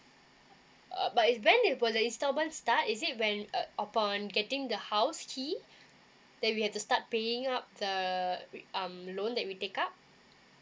uh but is when it for the installment start is it when uh upon getting the house key that we have to start paying up the um loan that we take up